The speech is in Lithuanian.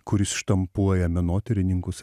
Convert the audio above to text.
kuris štampuoja menotyrininkus